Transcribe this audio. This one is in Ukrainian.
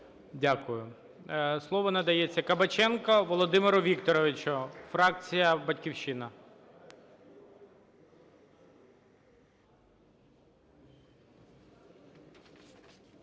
Дякую. Слово надається Кабаченку Володимиру Вікторовичу, фракція "Батьківщина".